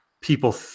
people